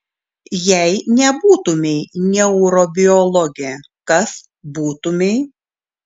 jei nebūtumei neurobiologė kas būtumei